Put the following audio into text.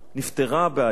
נפתרה הבעיה.